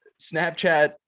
Snapchat